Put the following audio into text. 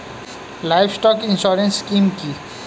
Livestock insurance scheme কি?